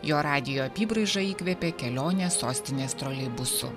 jo radijo apybraižą įkvėpė kelionė sostinės troleibusu